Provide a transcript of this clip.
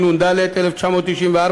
התשנ"ד 1994,